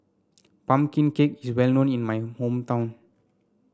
pumpkin cake is well known in my hometown